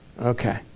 Okay